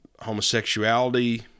Homosexuality